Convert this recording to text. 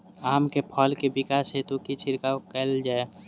आम केँ फल केँ विकास हेतु की छिड़काव कैल जाए?